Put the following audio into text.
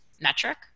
metric